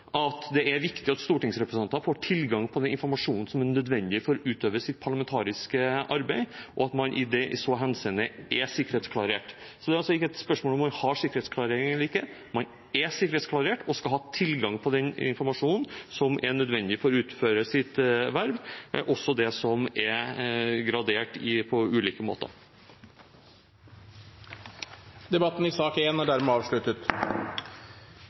at det er viktig at stortingsrepresentanter får tilgang på den informasjonen som er nødvendig for å utøve sitt parlamentariske arbeid, og at man i så henseende er sikkerhetsklarert. Det er altså ikke et spørsmål om man har sikkerhetsklarering eller ikke. Man er sikkerhetsklarert og skal ha tilgang på den informasjonen som er nødvendig for å utføre sitt verv, også det som er gradert på ulike måter. Flere har ikke bedt om ordet til sak